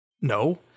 No